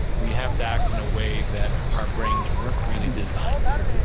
we have to act in a way that our brains weren't really designed to.